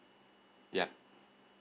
yup